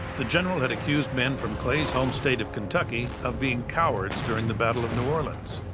the general had accused men from clay's home state of kentucky of being cowards during the battle of new orleans.